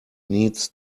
needs